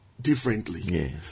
differently